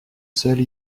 seule